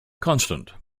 constant